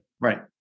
Right